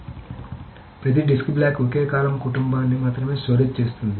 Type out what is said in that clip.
కాబట్టి ప్రతి disk block ఒకే కాలమ్ కుటుంబాన్ని మాత్రమే స్టోరేజ్ చేస్తుంది